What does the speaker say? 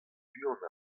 buan